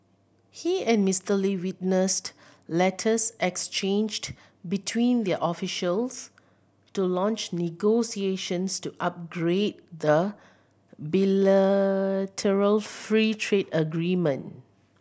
he and Mister Lee witnessed letters exchanged between their officials to launch negotiations to upgrade the bilateral free trade agreement